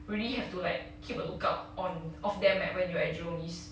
really have to like keep a lookout on off them leh when you're at jurong east